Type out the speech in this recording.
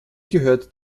gehört